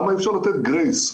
לתת גרייס?